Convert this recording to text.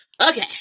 Okay